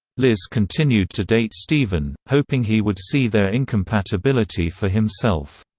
liz continued to date steven, hoping he would see their incompatibility for himself.